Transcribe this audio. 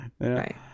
Right